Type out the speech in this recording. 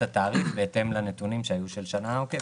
התעריף בהתאם לנתונים של השנה העוקבת.